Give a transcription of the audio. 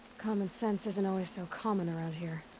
common sense isn't always so common around here.